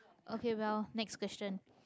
okay well next question